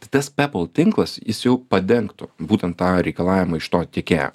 tai tas pepl tinklas jis jau padengtų būtent tą reikalavimą iš to tiekėjo